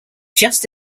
just